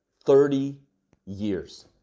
thirty years!